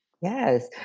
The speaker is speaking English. Yes